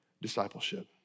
discipleship